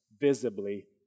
visibly